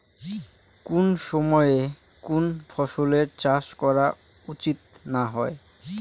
কুন সময়ে কুন ফসলের চাষ করা উচিৎ না হয়?